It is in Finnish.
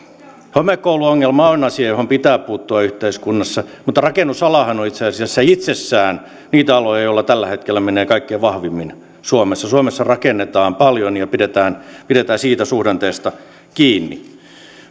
homekouluongelma on asia johon pitää puuttua yhteiskunnassa mutta rakennusalahan on itse asiassa itsessään niitä aloja joilla tällä hetkellä menee kaikkein vahvimmin suomessa suomessa rakennetaan paljon ja pidetään pidetään siitä suhdanteesta kiinni